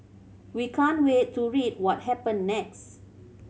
we can't wait to read what happen next